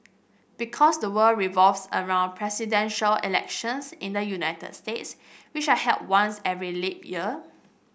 because the world revolves around Presidential Elections in the United States which are held once every leap year